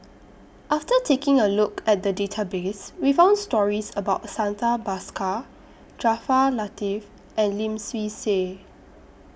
after taking A Look At The Database We found stories about Santha Bhaskar Jaafar Latiff and Lim Swee Say